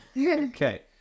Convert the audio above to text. Okay